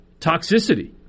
Toxicity